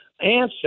answer